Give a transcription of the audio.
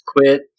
quit